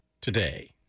today